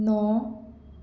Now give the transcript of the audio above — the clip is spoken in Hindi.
नौ